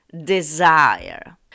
desire